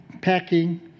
packing